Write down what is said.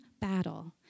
battle